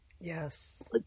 Yes